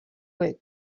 work